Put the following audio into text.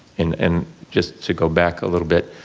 and and just to go back a little bit,